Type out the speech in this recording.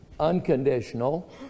unconditional